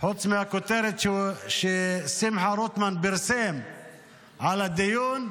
חוץ מהכותרת ששמחה רוטמן פרסם על הדיון,